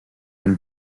been